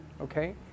Okay